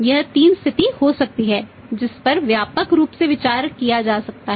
ये 3 स्थिति हो सकती है जिस पर व्यापक रूप से विचार किया जा सकता है